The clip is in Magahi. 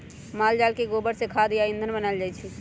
माल जाल के गोबर से खाद आ ईंधन बनायल जाइ छइ